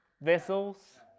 vessels